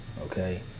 okay